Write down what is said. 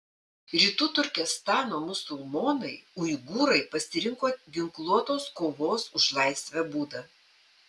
rytų turkestano musulmonai uigūrai pasirinko ginkluotos kovos už laisvę būdą